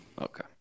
Okay